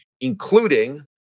including